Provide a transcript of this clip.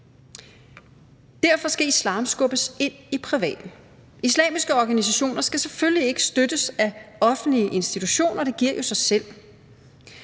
Derfor skal islam skubbes ind i privaten. Islamiske organisationer skal selvfølgelig ikke støttes af offentlige institutioner; det giver jo sig selv.